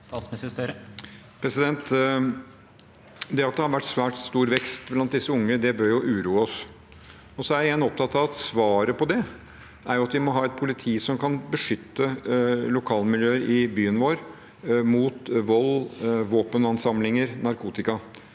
Det at det har vært svært stor vekst blant disse unge, bør uroe oss, og igjen er jeg opptatt av at svaret på det er at vi må ha et politi som kan beskytte lokalmiljøer i byen vår mot vold, våpenansamlinger og narkotika.